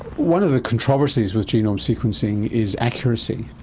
one of the controversies with genome sequencing is accuracy.